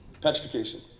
Petrification